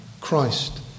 Christ